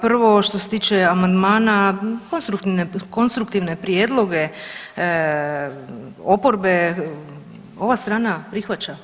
Prvo što se tiče amandmana konstruktivne prijedloge oporbe ova strana prihvaća.